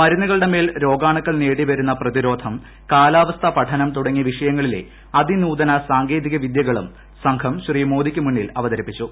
മരുന്നുകളുടെ മേൽ രോഗാണുക്കൾ നേടിവരുന്ന പ്രതിരോധം കാലാവസ്ഥാ തുടങ്ങിയ പഠനം വിഷയങ്ങളിലെ അതിനൂതന സാങ്കേതിക വിദ്യകളും സംഘം ശ്രീ മോദിക്കുമുന്നിൽ അവതരിപ്പിച്ചു